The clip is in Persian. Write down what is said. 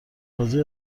بازی